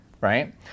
right